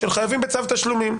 של חייבים בצו תשלומים.